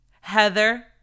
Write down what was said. Heather